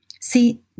See